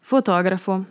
Fotografo